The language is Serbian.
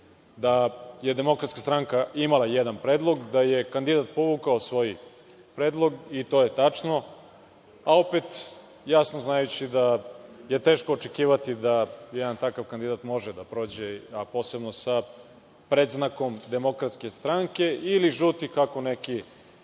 da je DS imala jedan predlog, da je kandidat povukao svoj predlog, i to je tačno, opet, jasno, znajući da je teško očekivati da jedan takav kandidat može da prođe, a posebno sa predznakom DS, ili „žuti“, kako neki